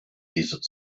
desert